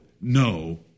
No